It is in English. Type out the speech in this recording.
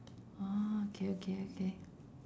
orh okay okay okay